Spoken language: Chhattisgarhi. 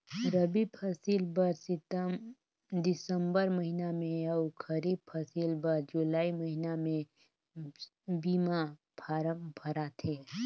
रबी फसिल बर दिसंबर महिना में अउ खरीब फसिल बर जुलाई महिना में बीमा फारम भराथे